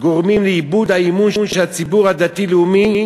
גורמים לאיבוד האמון של הציבור הדתי-לאומי